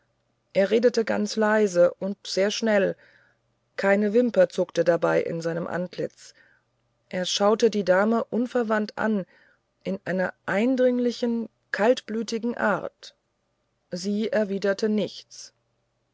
er redete ganz leise und sehr schnell keine wimper zuckte dabei in seinem antlitz er schaute die dame unverwandt an in einer eindringlichen kaltblütigen art sie erwiderte nichts